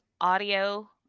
audio